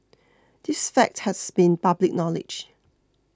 this fact has been public knowledge